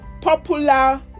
popular